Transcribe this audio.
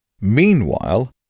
Meanwhile